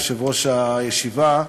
יושב-ראש הישיבה,